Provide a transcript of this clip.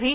V